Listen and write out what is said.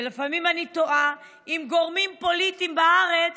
ולפעמים אני תוהה אם גורמים פוליטיים בארץ,